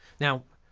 now,